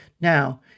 Now